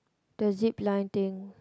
the zipline thing